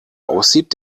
aussieht